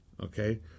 Okay